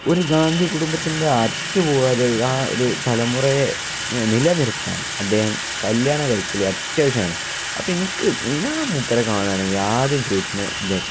ഒരു ഗാന്ധി കുടുംബത്തിൻ്റെ അറ്റു പോവാതെ ആ ഒരു തലമുറയെ നിലനിർത്താൻ അദ്ദേഹം കല്യാണം കഴിക്കല് അത്യാവശ്യമാണ് അപ്പോള് എനിക്ക് ഞാൻ മുപ്പരെ കാണുകയാണെങ്കില് ആദ്യം ചോദിക്കുന്നത് ഇതായിരിക്കും